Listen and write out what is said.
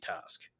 task